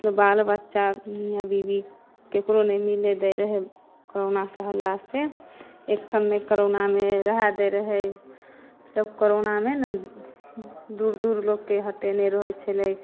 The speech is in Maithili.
मतलब बाल बच्चा मियाँ बीबी केकरो नहि मिलय दै रहै कोरोना के हल्ला से एकठम नै करौना मे रहऽ दै रहय मतलब करौना मे नऽ दूर दूर लोक के हटेने रहय छलै